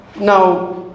Now